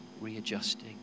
readjusting